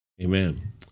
Amen